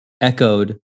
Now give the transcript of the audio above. echoed